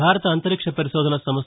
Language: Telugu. భారత అంతరిక్ష పరిశోధనా సంస్ట